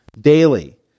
daily